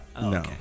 no